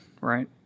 right